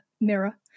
mirror